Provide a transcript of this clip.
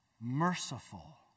merciful